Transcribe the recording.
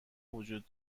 وجود